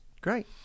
Great